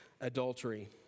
adultery